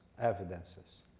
evidences